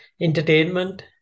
entertainment